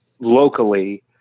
locally